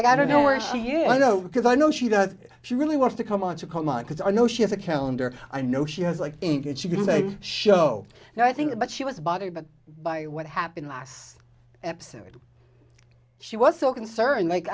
out i don't know where she you know because i know she does she really wants to come on to come on because i know she has a calendar i know she has like it she did a show and i think but she was bothered but by what happened last episode she was so concerned like